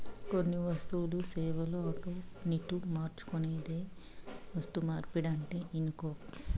కొన్ని వస్తువులు, సేవలు అటునిటు మార్చుకునేదే వస్తుమార్పిడంటే ఇనుకో